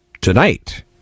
tonight